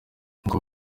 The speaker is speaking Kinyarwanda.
uncle